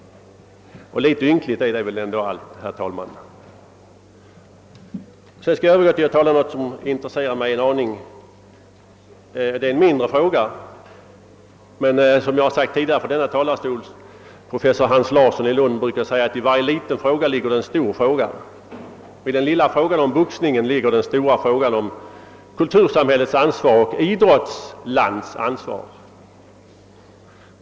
Litet ynkligt är väl detta ändå, herr talman. Jag skall sedan övergå till att tala om något som intresserar mig en del. Det är en mindre fråga men som jag tidigare framhållit från denna talarstol ligger, som professor Hans Larsson brukade säga, i varje liten fråga en stor fråga. Och i den lilla frågan om boxningen ligger den stora frågan om ett kultursamhälles ansvar och ett idrottslands ansvar.